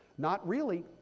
not really.